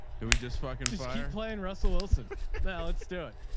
do we just fucking fire playing russell wilson now let's do it.